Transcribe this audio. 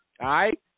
right